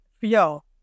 yo